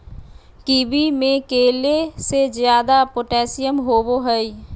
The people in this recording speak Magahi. कीवी में केले से ज्यादा पोटेशियम होबो हइ